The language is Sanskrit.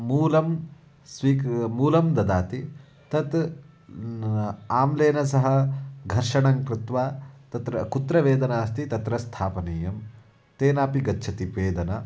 मूलं स्वीक् मूलं ददाति तत् आम्लेन सह घर्षणं कृत्वा तत्र कुत्र वेदना अस्ति तत्र स्थापनीयं तेनापि गच्छति वेदना